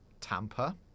Tampa